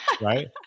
right